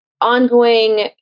Ongoing